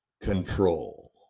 control